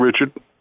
Richard